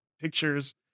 Pictures